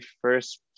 first